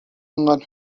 алынган